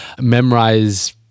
memorize